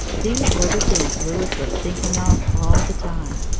these were the things louis was thinking of all the time.